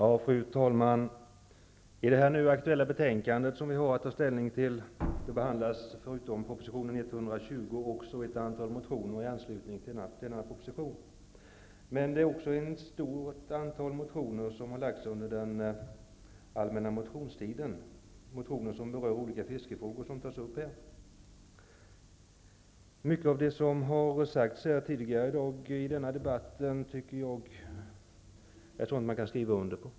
Fru talman! I det betänkande som vi nu har att ta ställning till behandlas förutom proposition 120 ett antal motioner som väckts i anslutning till propositionen, men också ett stort antal motioner som lagts fram under allmänna motionstiden och som berör olika fiskefrågor tas upp här. Mycket av det som sagts tidigare i dag i den här debatten är sådant som jag kan skriva under på.